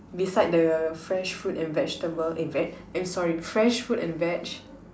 beside the fresh fruit and vegetables eh veg I'm sorry fresh fruits and veg